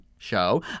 show